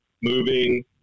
moving